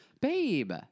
Babe